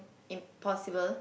impossible